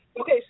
Okay